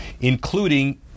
including